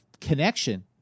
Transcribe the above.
connection